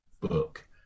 book